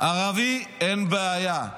ערבי, אין בעיה.